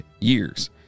years